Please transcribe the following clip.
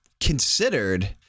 considered